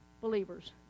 believers